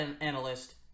analyst